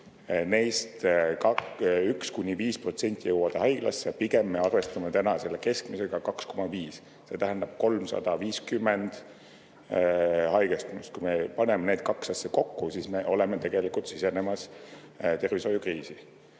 Neist 1–5% jõuab haiglasse ja pigem me arvestame täna keskmisega 2,5%. See tähendab 350 haigestumist. Kui me paneme need kaks asja kokku, siis me oleme tegelikult sisenemas tervishoiukriisi. Selle